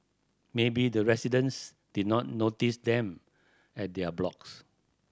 maybe the residents did not notice them at their blocks